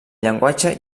llenguatge